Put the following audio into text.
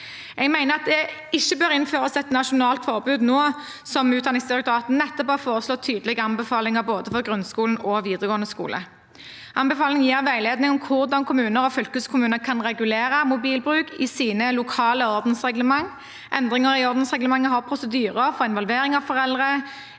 det ikke bør innføres et nasjonalt forbud nå som Utdanningsdirektoratet nettopp har foreslått tydelige anbefalinger for både grunnskolen og videregående skole. Anbefalingen gir veiledning om hvordan kommuner og fylkeskommuner kan regulere mobilbruk i sine lokale ordensreglement. Endringer i ordensreglementet har prosedyrer for involvering av foreldre,